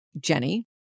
Jenny